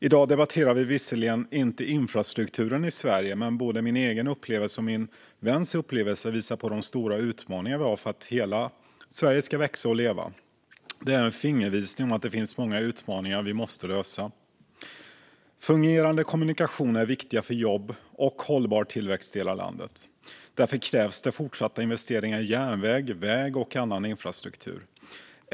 I dag debatterar vi visserligen inte infrastrukturen i Sverige, men både min egen upplevelse och min väns upplevelse visar på de stora utmaningar vi har för att hela Sverige ska växa och leva. Det är en fingervisning om att det finns många utmaningar vi måste lösa. Fungerande kommunikationer är viktiga för jobb och hållbar tillväxt i hela landet. Därför krävs fortsatta investeringar i järnväg, väg och annan infrastruktur.